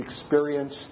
experience